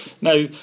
Now